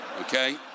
Okay